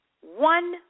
one